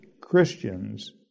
Christians